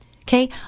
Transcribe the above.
Okay